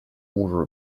order